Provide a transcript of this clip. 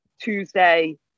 Tuesday